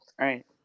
Right